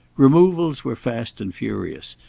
removals were fast and furious,